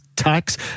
tax